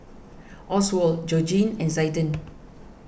Oswald Georgene and Zaiden